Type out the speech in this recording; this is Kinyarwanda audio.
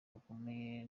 bukomeye